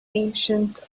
ancient